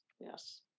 yes